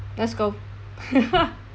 let's go